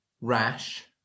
rash